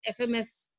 FMS